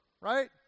right